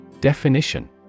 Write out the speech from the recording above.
Definition